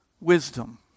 wisdom